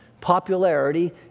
popularity